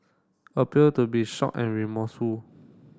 appeared to be shocked and remorseful